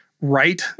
right